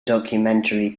documentary